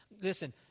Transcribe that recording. Listen